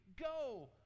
go